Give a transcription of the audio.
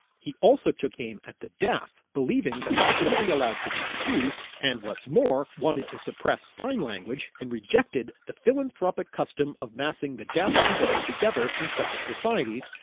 he also took aim at the deaf, believing that they shouldn't be allowed to reproduce, and what's more wanted to suppress sign language and rejected the philanthropic custom of massing the deaf and dumb together in separate societies,